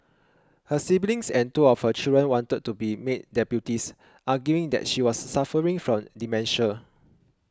her siblings and two of her children wanted to be made deputies arguing that she was suffering from dementia